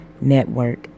Network